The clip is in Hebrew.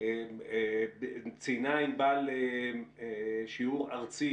ציינה ענבל שיעור ארצי,